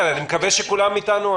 אני מקווה שכולם איתנו.